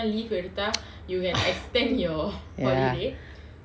ah ya